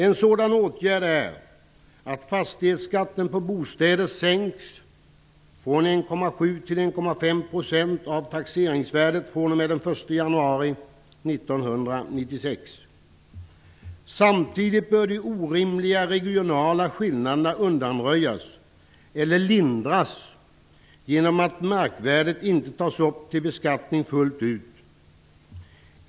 En sådan åtgärd är att fastighetsskatten för bostäder sänks från 1,7 till 1,5 % av taxeringsvärdet fr.o.m. den 1 januari 1996. Samtidigt bör de orimliga regionala skillnaderna undanröjas eller lindras genom att markvärdet inte tas upp till beskattning fullt ut.